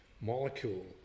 molecule